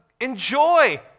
Enjoy